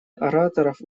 ораторов